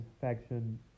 faction